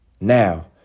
Now